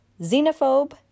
xenophobe